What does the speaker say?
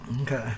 Okay